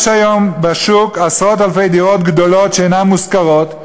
יש היום בשוק עשרות אלפי דירות גדולות שאינן מושכרות,